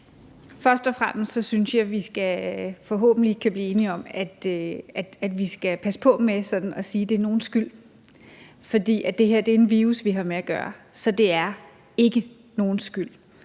Først og fremmest synes jeg, at vi forhåbentlig kan blive enige om, at vi skal passe på med sådan at sige, at det er nogens skyld, for det er en virus, vi har med at gøre her. Så det er ikke nogens skyld.